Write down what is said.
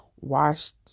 washed